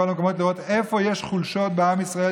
קודם כול לראות איפה יש חולשות בעם ישראל,